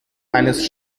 eines